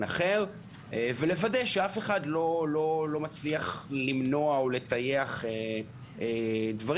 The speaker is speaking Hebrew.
אחר ולוודא שאף אחד לא מצליח למנוע או לטייח דברים